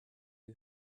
who